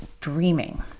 dreaming